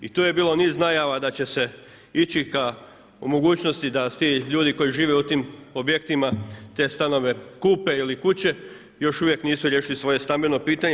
I tu je bilo niz najava da će se ići k mogućnosti da se ti ljudi koji žive u tim objektima te stanove kupe ili kuće, još uvijek nisu riješili svoje stambeno pitanje.